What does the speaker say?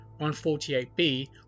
148b